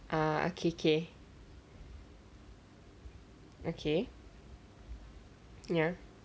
ah okay okay okay ya